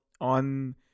on